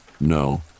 no